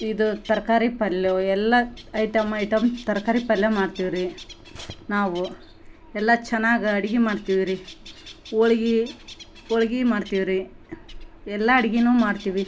ಇದು ತರಕಾರಿ ಪಲ್ಯ ಎಲ್ಲ ಐಟಂ ಐಟಂ ತರಕಾರಿ ಪಲ್ಯ ಮಾಡ್ತೀವ್ರಿ ನಾವು ಎಲ್ಲ ಚೆನ್ನಾಗಿ ಅಡ್ಗೆ ಮಾಡ್ತೀವ್ರಿ ಹೋಳ್ಗಿ ಹೋಳ್ಗಿ ಮಾಡ್ತೀವ್ರಿ ಎಲ್ಲ ಅಡ್ಗೆನು ಮಾಡ್ತೀವಿ